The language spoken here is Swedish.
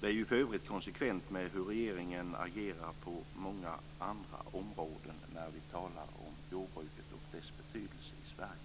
Det är för övrigt i konsekvens med hur regeringen agerar på många andra områden när vi talar om jordbruket och dess betydelse i Sverige.